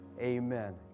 Amen